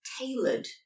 tailored